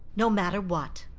no matter what.